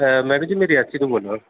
madam ji में रियासी तु बोला ना